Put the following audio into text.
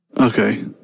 Okay